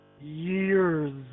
years